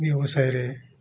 ବ୍ୟବସାୟରେ